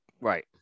Right